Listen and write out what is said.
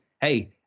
hey